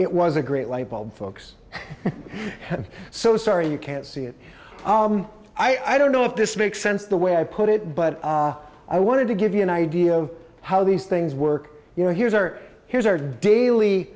it was a great light bulb folks have so sorry you can't see it i don't know if this makes sense the way i put it but i wanted to give you an idea of how these things work you know here's our here's our daily